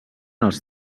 els